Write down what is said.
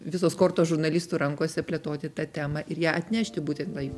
visos kortos žurnalistų rankose plėtoti tą temą ir ją atnešti būtent tai